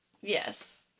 yes